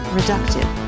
reductive